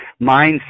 mindset